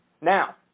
Now